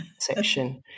section